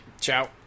Ciao